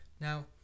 now